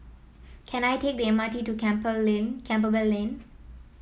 can I take the M R T to Camper Lane Campbell Lane